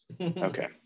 Okay